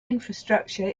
infrastructure